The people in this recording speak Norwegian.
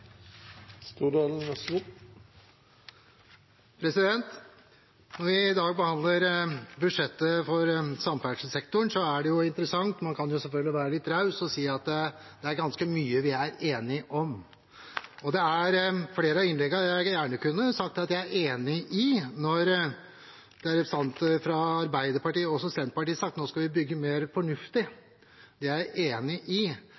det jo interessant, og man kan selvfølgelig være litt raus og si at det er ganske mye vi er enige om. Det er flere av innleggene jeg gjerne kunne sagt at jeg er enig i, som når representanter fra Arbeiderpartiet, og også fra Senterpartiet, har sagt at nå skal vi bygge mer fornuftig. Det er jeg enig i.